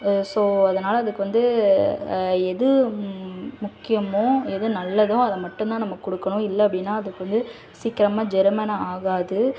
so அதனால் அதுக்கு வந்து எது முக்கியமோ எது நல்லதோ அதை மட்டும் தான் நம்ம கொடுக்கணும் இல்லை அப்படின்னா அதுக்கு வந்து சீக்கிரமா செரிமானம் ஆகாது